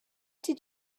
did